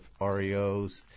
REOs